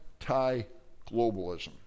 anti-globalism